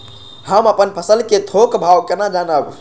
हम अपन फसल कै थौक भाव केना जानब?